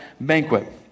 banquet